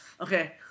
Okay